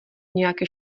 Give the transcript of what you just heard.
nějaké